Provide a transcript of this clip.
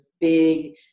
big